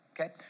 Okay